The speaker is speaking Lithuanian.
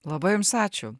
labai jums ačiū